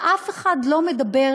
אף אחד כבר לא מדבר,